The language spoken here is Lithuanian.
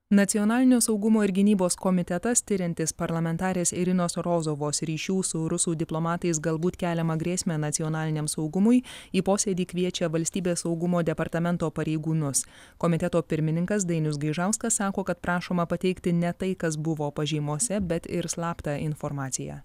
nacionalinio saugumo ir gynybos komitetas tiriantis parlamentarės irinos rozovos ryšių su rusų diplomatais galbūt keliamą grėsmę nacionaliniam saugumui į posėdį kviečia valstybės saugumo departamento pareigūnus komiteto pirmininkas dainius gaižauskas sako kad prašoma pateikti ne tai kas buvo pažymose bet ir slaptą informaciją